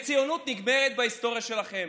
והציונות נגמרת בהיסטוריה שלכם.